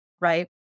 right